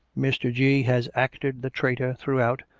mr. g. has acted the traitor throughout,